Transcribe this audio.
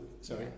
sorry